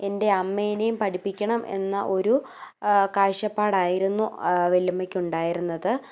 എൻ്റെ അമ്മേനെയും പഠിപ്പിക്കണം എന്ന ഒരു കാഴ്ചപ്പാടായിരുന്നു വല്യമ്മക്ക് ഉണ്ടായിരുന്നത്